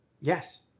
Yes